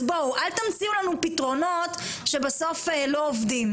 אז בואו, אל תמציאו לנו פתרונות שבסוף לא עובדים.